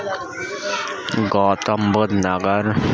Gautam Buddh Nagar